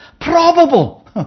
probable